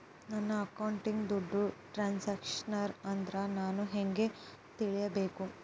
ನನ್ನ ಅಕೌಂಟಿಂದ ದುಡ್ಡು ಟ್ರಾನ್ಸ್ಫರ್ ಆದ್ರ ನಾನು ಹೆಂಗ ತಿಳಕಬೇಕು?